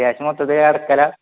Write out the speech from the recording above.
ക്യാഷ മൊത്തത്തിൽ അടക്കലാണോ